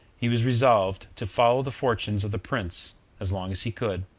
he was resolved to follow the fortunes of the prince as long as he could.